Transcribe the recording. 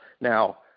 Now